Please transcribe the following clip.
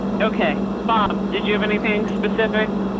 okay, bob, did you have anything specific?